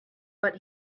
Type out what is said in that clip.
but